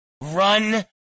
Run